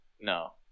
No